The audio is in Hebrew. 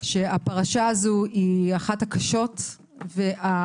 שהפרשה הזו היא אחת הקשות והכואבות